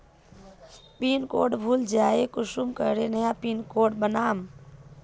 Pin code भूले जाले कुंसम करे नया पिन कोड बनाम?